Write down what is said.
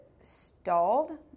stalled